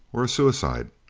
or a suicide?